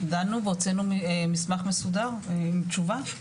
דנו והוצאנו מסמך מסודר עם תשובה,